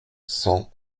cent